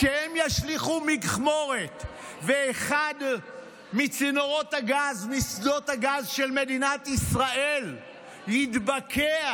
כשהם ישליכו מכמורת ואחד מצינורות הגז בשדות הגז של מדינת ישראל יתבקע,